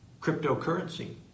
cryptocurrency